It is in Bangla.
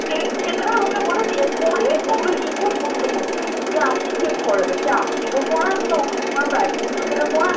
সে সেগুলো ওকে বলুন পড়ে ওগুলো লিখে মুখস্থ করতে দিয়ে আপনি চেক করাবেন সে আপনিও পড়ান বা ওকে যদি কোনও প্রাইভেট টিউটরও পড়ান